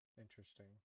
interesting